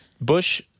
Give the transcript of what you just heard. Bush